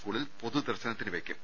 സ്കൂളിൽ പൊതു ദർശനത്തിന് വയ്ക്കും